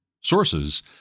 sources